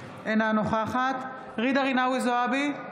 אינה נוכחת ג'ידא רינאוי זועבי,